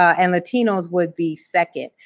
and latinos would be second.